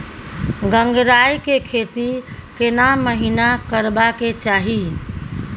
गंगराय के खेती केना महिना करबा के चाही?